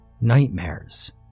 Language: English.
Nightmares